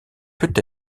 peut